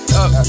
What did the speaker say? up